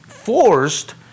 Forced